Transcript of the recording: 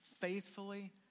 faithfully